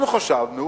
אנחנו חשבנו